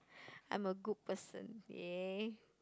I'm a good person yay